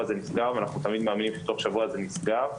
זה נסגר ואנחנו תמיד מאמינים שתוך שבוע זה נסגר,